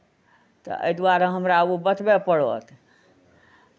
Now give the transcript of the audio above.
तऽ एहि दुआरे हमरा ओ बतबय पड़त